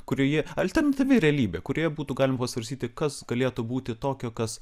kurioje alternatyvi realybė kurioje būtų galima pasvarstyti kas galėtų būti tokio kas